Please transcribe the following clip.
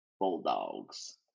Bulldogs